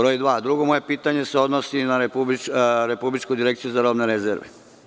Moje drugo pitanje se odnosi na Republičku direkciju za robne rezerve.